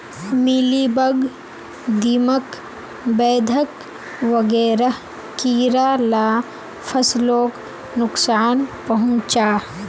mealybug, दीमक, बेधक वगैरह कीड़ा ला फस्लोक नुक्सान पहुंचाः